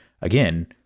again